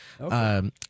Okay